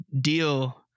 deal